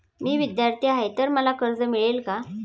मी विद्यार्थी आहे तर मला कर्ज मिळेल का?